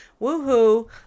woohoo